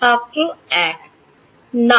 শিক্ষার্থী 1 1 না